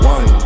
One